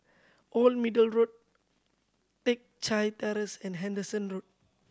Old Middle Road Teck Chye Terrace and Henderson Road